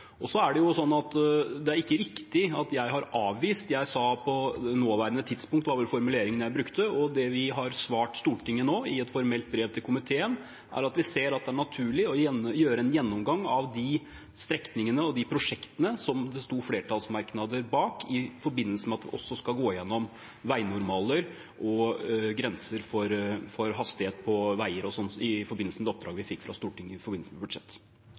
Det er ikke riktig at jeg har «avvist». Formuleringen jeg brukte, var vel «på nåværende tidspunkt». Og det vi har svart Stortinget nå, i et formelt brev til komiteen, er at vi ser at det er naturlig å gjøre en gjennomgang av de strekningene og de prosjektene som det sto flertallsmerknader bak, i forbindelse med at vi også skal gå igjennom veinormaler og grenser for hastighet på veier i det oppdraget vi fikk fra Stortinget i forbindelse med budsjett.